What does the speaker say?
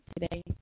today